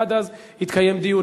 עד אז יתקיים דיון.